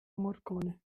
morcone